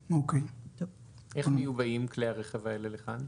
איך מיובאים לכאן כלי הרכב האלה?